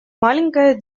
маленькая